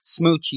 smoochy